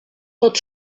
tot